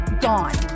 gone